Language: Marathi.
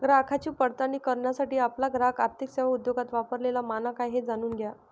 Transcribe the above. ग्राहकांची पडताळणी करण्यासाठी आपला ग्राहक आर्थिक सेवा उद्योगात वापरलेला मानक आहे हे जाणून घ्या